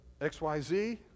XYZ